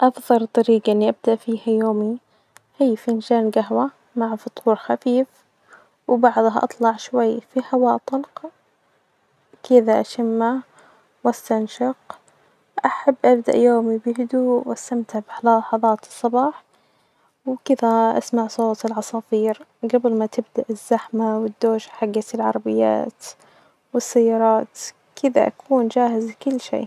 أفظل طريجة إني أبدأ فيها يومي هي فنجان جهوة مع فطور خفيف وبعدها أطلع شوي في هواء طلق كدة أشمه وأستنشق، أحب أبدأ يومي بهدوء وأستمتع بلحظات الصباح وبكدة أسمع صوت العصافير جبل ما تبدأ الزجمة والدوشة حجت العربيات والسيارات كدة أكون جاهزة لكل شئ.